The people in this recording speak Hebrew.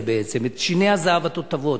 את שיני הזהב התותבות,